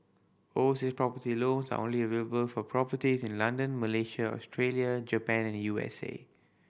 oversea property loans are only available for properties in London Malaysia Australia Japan and U S A